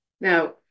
Now